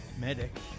medic